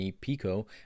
Pico